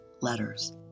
letters